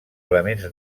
elements